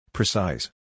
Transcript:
Precise